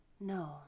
No